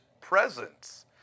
presence